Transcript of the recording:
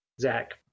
Zach